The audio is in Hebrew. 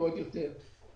האחרונים